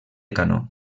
canó